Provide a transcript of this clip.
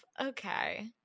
okay